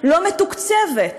לא מתוקצבת,